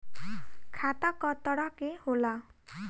खाता क तरह के होला?